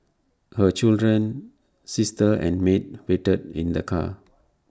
her children sister and maid waited in the car